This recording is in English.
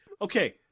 okay